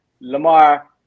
Lamar